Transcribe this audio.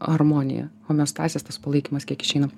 harmonija homeostazės tas palaikymas kiek jau išeina